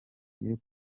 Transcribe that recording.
niba